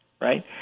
right